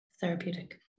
therapeutic